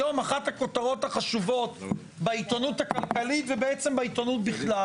היום אחת הכותרות החשובות בעיתונות הכלכלית ובעצם בעיתונות בכלל